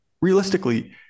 realistically